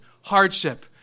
hardship